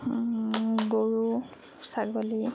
গৰু ছাগলী